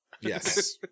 Yes